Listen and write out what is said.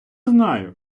знаю